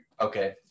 okay